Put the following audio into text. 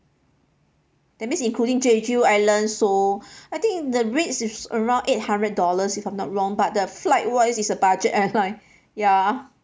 that means including jeju island seoul I think the rates is around eight hundred dollars if I'm not wrong but the flight wise is a budget airline ya